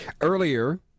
Earlier